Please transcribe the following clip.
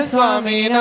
Swami